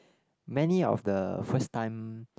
many of the first time